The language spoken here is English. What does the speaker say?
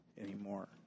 anymore